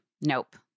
nope